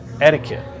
etiquette